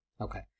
Okay